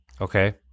okay